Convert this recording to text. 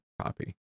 copy